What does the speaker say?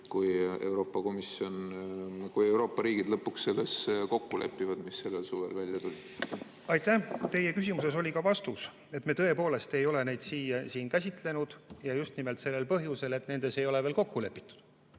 kui Euroopa riigid lõpuks kokku lepivad selles, mis nüüd suvel välja tuli? Aitäh! Teie küsimuses oli ka vastus. Me tõepoolest ei ole neid siin käsitlenud ja just nimelt sel põhjusel, et nendes ei ole veel kokku lepitud.